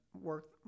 work